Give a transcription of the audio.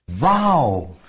Wow